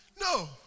No